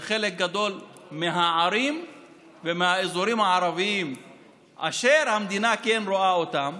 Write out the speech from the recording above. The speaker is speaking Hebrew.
ובחלק גדול מהערים ומהאזורים הערביים אשר המדינה כן רואה אותם